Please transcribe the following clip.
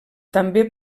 també